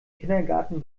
kindergarten